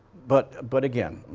but but again,